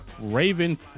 Raven